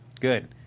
Good